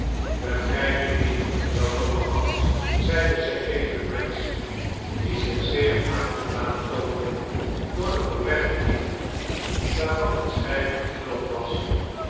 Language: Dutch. begrijp je niet jou domme gans zeide zij tegen briggs die zich zeer aangedaan toonde door de oprechte liefde waarvan het schrijven vervuld was